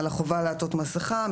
על החובה לעטות מסכה,